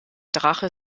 drache